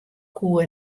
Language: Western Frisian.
koe